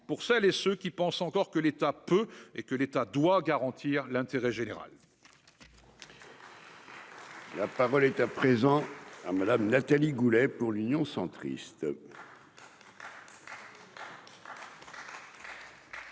pour celles et ceux qui pensent encore que l'État peut et que l'État doit garantir l'intérêt général. La parole est à présent. Ah madame Nathalie Goulet pour l'Union centriste. J'ai pris des